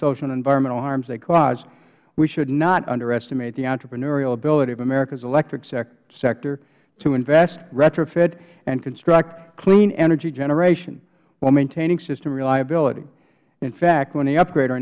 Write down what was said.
social and environmental harms they cause we should not underestimate the entrepreneurial ability of america's electric sector to invest retrofit and construct clean energy generation while maintaining system reliability in fact when they upgrade our